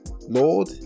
Lord